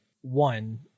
one